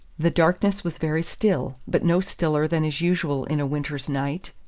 the darkness was very still, but no stiller than is usual in a winter's night.